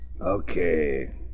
Okay